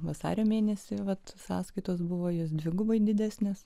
vasario mėnesį vat sąskaitos buvo jos dvigubai didesnės